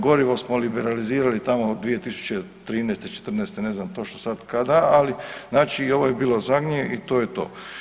Gorivo smo liberalizirali tamo 2013., 2014., ne znam točno sad kada, ali znači i ovo je bilo zadnje i to je to.